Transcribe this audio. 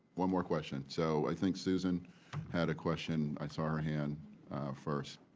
one more question. so i think susan had a question. i saw her hand first.